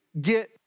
get